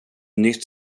nytt